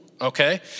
Okay